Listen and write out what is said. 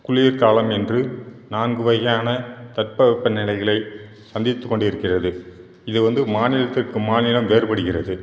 குளிர்காலம் என்று நான்கு வகையான தட்ப வெப்ப நிலைகளை சந்தித்துக்கொண்டிருக்கிறது இது வந்து மாநிலத்திற்கு மாநிலம் வேறுபடுகிறது